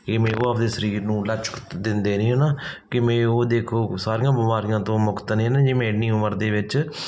ਜਿਵੇਂ ਉਹ ਆਪਦੇ ਸਰੀਰ ਨੂੰ ਲਚਕ ਦਿੰਦੇ ਨੇ ਹੈ ਨਾ ਕਿਵੇਂ ਉਹ ਦੇਖੋ ਸਾਰੀਆਂ ਬਿਮਾਰੀਆਂ ਤੋਂ ਮੁਕਤ ਨੇ ਨਾ ਜਿਵੇਂ ਇੰਨੀ ਉਮਰ ਦੇ ਵਿੱਚ